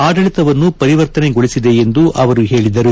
ಆಡಳಿತವನ್ನು ಪರಿವರ್ತನೆಗೊಳಿಸಿದೆ ಎಂದು ಅವರು ಹೇಳಿದರು